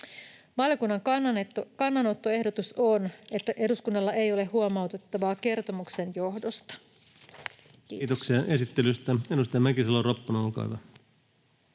Valiokunnan kannanottoehdotus on, että eduskunnalla ei ole huomautettavaa kertomuksen johdosta. — Kiitos. Kiitoksia esittelystä. — Edustaja Mäkisalo-Ropponen, olkaa hyvä.